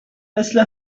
مثل